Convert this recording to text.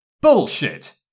Bullshit